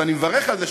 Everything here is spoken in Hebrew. ואני מברך על זה,